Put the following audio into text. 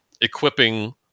equipping